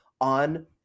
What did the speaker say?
on